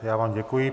Já vám děkuji.